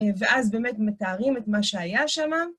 ואז באמת מתארים את מה שהיה שם.